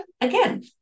again